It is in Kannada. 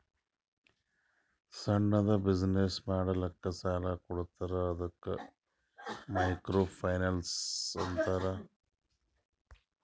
ಸಣ್ಣುದ್ ಬಿಸಿನ್ನೆಸ್ ಮಾಡ್ಲಕ್ ಸಾಲಾ ಕೊಡ್ತಾರ ಅದ್ದುಕ ಮೈಕ್ರೋ ಫೈನಾನ್ಸ್ ಅಂತಾರ